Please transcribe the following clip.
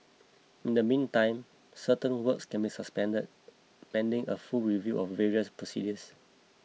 in the meantime certain works have been suspended pending a full review of various procedures